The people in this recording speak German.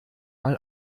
mal